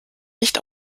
nicht